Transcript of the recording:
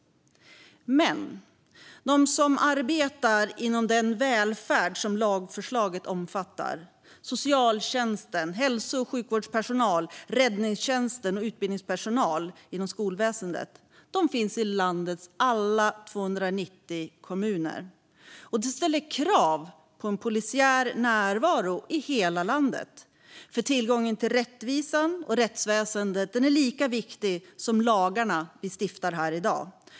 Men de som arbetar inom den välfärd lagförslaget omfattar - socialtjänst, hälso och sjukvårdspersonal, räddningstjänst och utbildningspersonal inom skolväsendet - finns i landets alla 290 kommuner. Det ställer krav på en polisiär närvaro i hela landet, för tillgång till rättvisa och rättsväsen är lika viktig som lagarna vi stiftar här i dag.